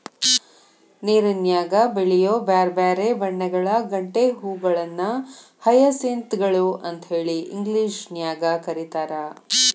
ನೇರನ್ಯಾಗ ಬೆಳಿಯೋ ಬ್ಯಾರ್ಬ್ಯಾರೇ ಬಣ್ಣಗಳ ಗಂಟೆ ಹೂಗಳನ್ನ ಹಯಸಿಂತ್ ಗಳು ಅಂತೇಳಿ ಇಂಗ್ಲೇಷನ್ಯಾಗ್ ಕರೇತಾರ